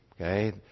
okay